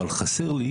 אבל חסר לנו